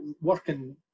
working